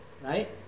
Right